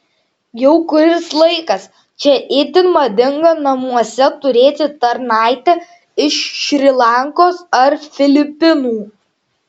jau kuris laikas čia itin madinga namuose turėti tarnaitę iš šri lankos ar filipinų